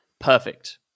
Perfect